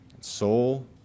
soul